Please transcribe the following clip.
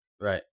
right